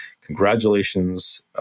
congratulations